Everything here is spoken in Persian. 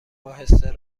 اهسته